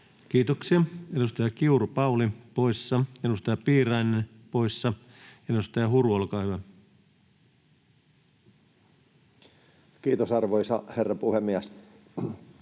Kiitoksia. — Edustaja Pauli Kiuru poissa, edustaja Piirainen poissa. — Edustaja Huru, olkaa hyvä. Kiitos, arvoisa herra puhemies!